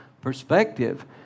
perspective